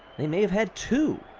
they may have had two.